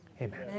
Amen